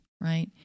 right